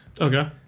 Okay